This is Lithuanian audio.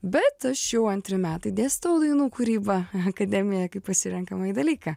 bet aš jau antri metai dėstau dainų kūrybą akademijoj kaip pasirenkamąjį dalyką